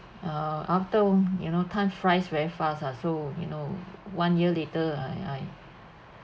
uh after you know time flies very fast ah so you know one year later I I